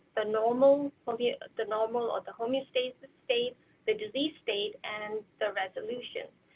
the normal for the the normal or the homeostasis state the disease state and and the resolution.